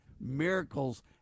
miracles